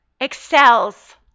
excels